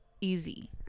easy